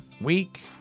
week